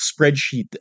spreadsheet